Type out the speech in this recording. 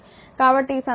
కాబట్టి ఈ సందర్భంలో 2π0